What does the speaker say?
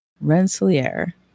Rensselaer